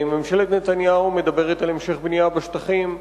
ממשלת נתניהו מדברת על המשך בנייה בשטחים,